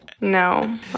No